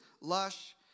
lush